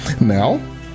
Now